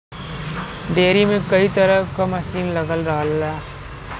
dairy में कई तरे क मसीन लगल रहला